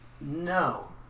No